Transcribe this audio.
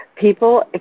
People